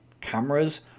Cameras